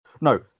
no